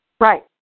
Right